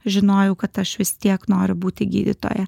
žinojau kad aš vis tiek noriu būti gydytoja